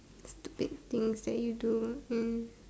stupid things that you do in